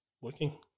working